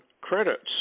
credits